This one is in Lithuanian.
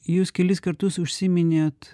jūs kelis kartus užsiminėt